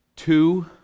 Two